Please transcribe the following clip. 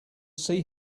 see